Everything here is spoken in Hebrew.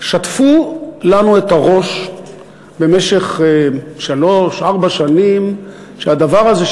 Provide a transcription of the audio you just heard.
שטפו לנו את הראש במשך שלוש-ארבע שנים שהדבר הזה,